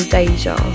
Deja